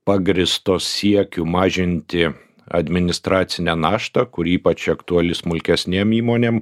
pagrįstos siekiu mažinti administracinę naštą kuri ypač aktuali smulkesnėm įmonėm